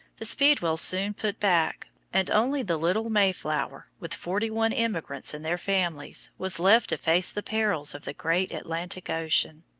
the speedwell soon put back, and only the little mayflower, with forty-one emigrants and their families, was left to face the perils of the great atlantic ocean.